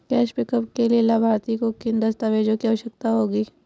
Cash pickup के लिए लाभार्थी को किन दस्तावेजों की आवश्यकता होगी?